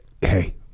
hey